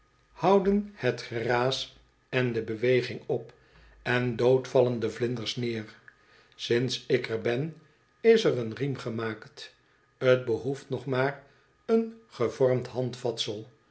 houden het geraas en de beweging op en dood vallen de vlinders neer sinds ik er ben is er een riem gemaakt t behoeft nog maar een gevormd handvatsel